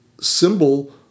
symbol